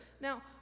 Now